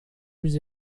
plus